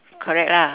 correct lah